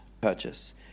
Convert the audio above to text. purchase